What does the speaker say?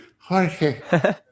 Jorge